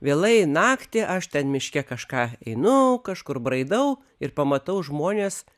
vėlai naktį aš ten miške kažką einu kažkur braidau ir pamatau žmones